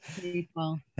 people